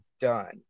done